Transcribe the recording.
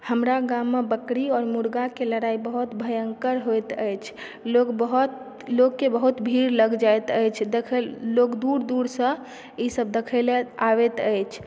हमरा गाममे बकरी आओर मुर्गाके लड़ाइ बहुत भयङ्कर होइत अछि लोग बहुत लोगके बहुत भीड़ लागि जाइत अछि लोक दूर दूरसऽ ई सब देखै ले आबैत अछि